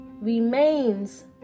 remains